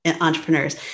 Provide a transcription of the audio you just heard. entrepreneurs